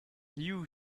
liu